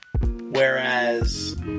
Whereas